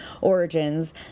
origins